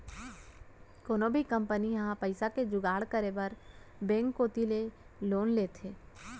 कोनो भी कंपनी ह पइसा के जुगाड़ करे बर बेंक कोती ले लोन लेथे